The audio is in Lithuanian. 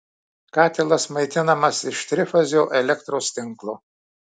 katilas maitinamas iš trifazio elektros tinklo